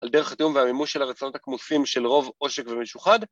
על דרך התיאום והמימוש של הרצונות הכמוסים של רוב עושק ומשוחד.